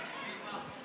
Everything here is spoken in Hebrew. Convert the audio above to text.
תסביר מה החוק אומר.